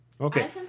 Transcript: Okay